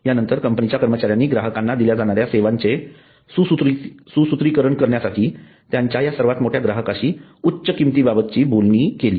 यांनतर कंपनीच्या कर्मचाऱ्यांनी ग्राहकांना दिल्या जाणाऱ्या सेवांचे सुसूत्रीकरण करण्यासाठी त्यांच्या या सर्वात मोठ्या ग्राहकाशी उच्च किमती बाबतची बोलणी केली